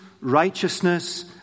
righteousness